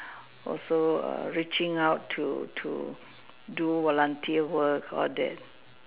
also err reaching out to to do volunteer work all that